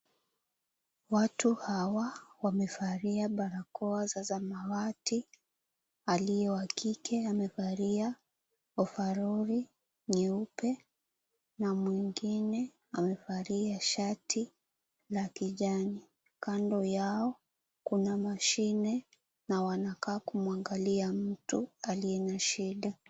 Watu hawa wamevalia barakoa za samawati, aliye wakike amevalia ovaroli nyeupe na mwingine amevalia shati la kijani kando yao, kuna mashine na wanakaa kuangalia mtu aliye na shida.